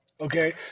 Okay